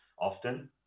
often